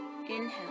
Inhale